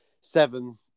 seven